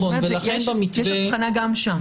באמת יש הבחנה גם שם.